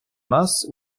нас